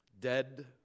dead